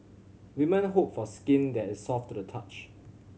women hope for skin that is soft to the touch